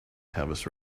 tavis